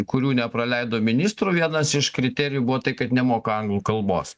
kurių nepraleido ministrų vienas iš kriterijų buvo tai kad nemoka anglų kalbos